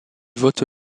vote